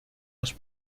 los